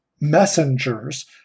messengers